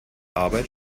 arbeit